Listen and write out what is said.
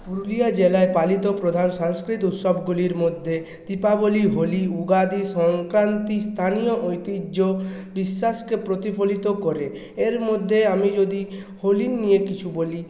পুরুলিয়া জেলায় পালিত প্রধান সংস্কৃত উৎসবগুলির মধ্যে দীপাবলি হোলি উগাদি সংক্রান্তি স্থানীয় ঐতিহ্য বিশ্বাসকে প্রতিফলিত করে এর মধ্যে আমি যদি হোলি নিয়ে কিছু বলি